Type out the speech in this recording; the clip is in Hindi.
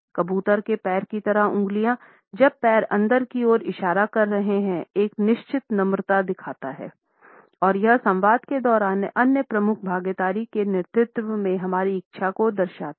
कबूतर के पैर की तरह उंगलिया जब पैर अंदर की ओर इशारा कर रहे हैं एक निश्चित नम्रता दिखाता है और यह संवाद के दौरान अन्य प्रमुख भागीदारी के नेतृत्व में हमारी इच्छा को दर्शाता है